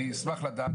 אני אשמח לדעת,